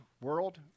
world